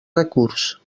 recurs